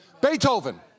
Beethoven